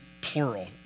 plural